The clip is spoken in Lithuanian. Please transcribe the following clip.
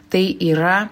tai yra